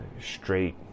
straight